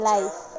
Life